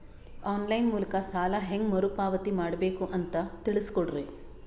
On line ಮೂಲಕ ಸಾಲ ಹೇಂಗ ಮರುಪಾವತಿ ಮಾಡಬೇಕು ಅಂತ ತಿಳಿಸ ಕೊಡರಿ?